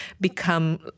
become